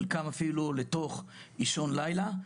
חלקם אפילו לתוך אישון לילה,